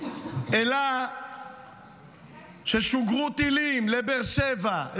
אלא ששוגרו טילים לבאר שבע,